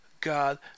God